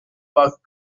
pas